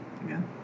again